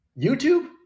YouTube